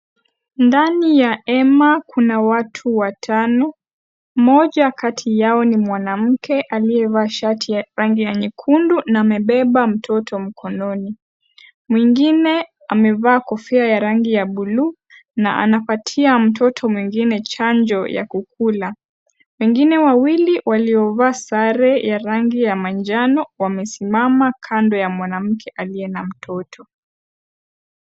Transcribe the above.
Ndani ya hema kuna watu watano, mmoja kati yao ni mwanamke aliyevalia shati ya rangi ya nyekundu na amebeba mtoto mkononi ,mwingine amevaa kofia ya rangi ya buluu na anapatia mtoto mwingine chanjo ya kukula ,wengine wawili waliovaa sare ya rangi ya manjano wamesimama kando ya mwanamke aliye na mtoto.